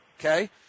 okay